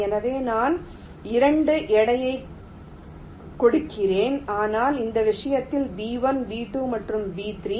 எனவே நான் இரண்டு எடையைக் கொடுக்கிறேன் ஆனால் இந்த விஷயத்தில் B 1 B 2 மற்றும் B 3